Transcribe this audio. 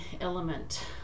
element